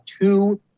two